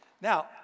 Now